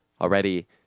already